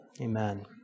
Amen